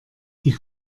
die